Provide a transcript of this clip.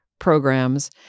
programs